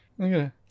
Okay